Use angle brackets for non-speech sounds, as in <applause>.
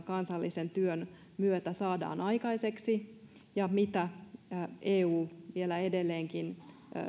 <unintelligible> kansallisen työn myötä saadaan aikaiseksi ja mitä eu vielä edelleenkin